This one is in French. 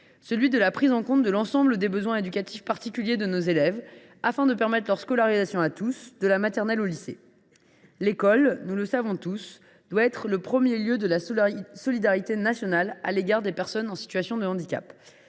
celui de la prise en compte de l’ensemble des besoins éducatifs particuliers de nos élèves : il s’agit en effet de permettre leur scolarisation à tous, de la maternelle au lycée. L’école, nous le savons, doit être le premier lieu de la solidarité nationale à l’égard des personnes en situation de handicap.